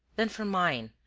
then for mine,